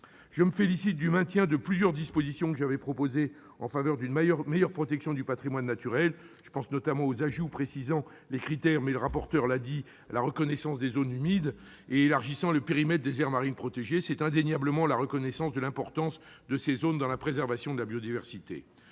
Je me félicite du maintien de plusieurs dispositions que j'avais proposées en faveur d'une meilleure protection du patrimoine naturel. Je pense notamment aux ajouts précisant les critères de reconnaissance des zones humides et élargissant le périmètre des aires marines protégées ; cela témoigne indéniablement de la reconnaissance de l'importance des zones humides dans la préservation de la biodiversité.